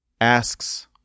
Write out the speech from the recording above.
asks